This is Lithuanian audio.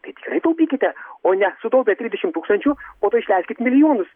tai tikrai taupykite o ne sutaupę trisdešimt tūkstančių po to išleiskit milijonus